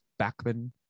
backman